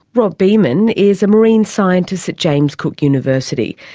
rob beaman is a marine scientist at james cook university.